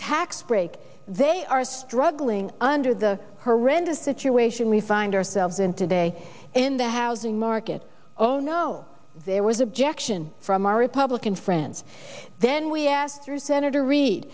tax break they are struggling under the horrendous situation we find ourselves in today in the housing market oh no there was objection from our republican friends then we asked through senator re